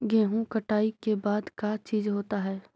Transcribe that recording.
गेहूं कटाई के बाद का चीज होता है?